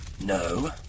No